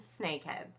snakeheads